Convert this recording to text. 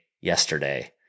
yesterday